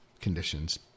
conditions